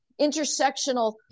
intersectional